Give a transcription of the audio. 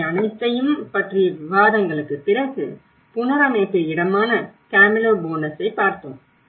இவை அனைத்தையும் பற்றிய விவாதங்களுக்குப் பிறகு புனரமைப்பு இடமான கேமிலோ போனோஸை பார்த்தோம்